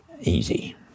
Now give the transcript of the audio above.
easy